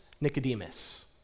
Nicodemus